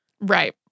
Right